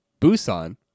Busan